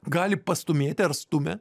gali pastūmėti ar stumia